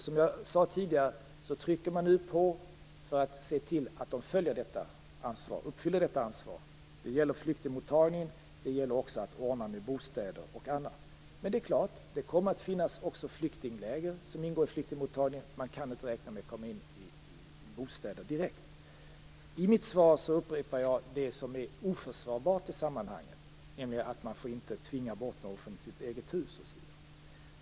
Som jag sade tidigare trycker man nu på för att Kroatien skall uppfylla detta ansvar. Det gäller flyktingmottagningen, och även att ordna med bostäder och annat. Men självfallet kommer det också att finnas flyktingläger som ingår i flyktingmottagningen. Man kan inte räkna med att komma in i bostäder direkt. I mitt svar upprepade jag det som är oförsvarbart i sammanhanget, nämligen att man inte får tvinga bort människor från deras eget hus osv.